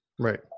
Right